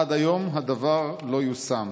עד היום דבר זה לא יושם.